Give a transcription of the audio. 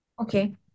okay